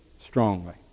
strongly